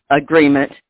agreement